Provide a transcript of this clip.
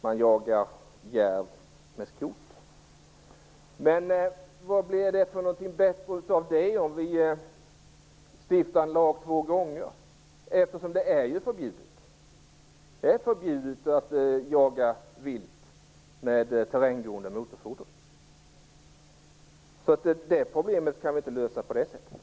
Men vad är det som blir bättre om vi stiftar en lag två gånger? Sådan jakt är ju redan förbjuden. Det är förbjudet att jaga vilt med terränggående motorfordon. Det problemet går alltså inte att lösa på det sättet.